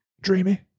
Dreamy